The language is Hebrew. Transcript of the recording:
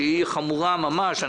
שהיא חמורה ממש.